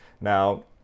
Now